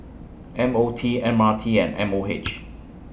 M O T M R T and M O H